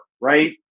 Right